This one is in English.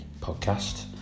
podcast